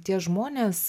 tie žmonės